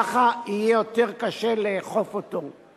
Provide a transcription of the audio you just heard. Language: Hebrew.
ככה יהיה יותר קשה לאכוף אותו.